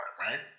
right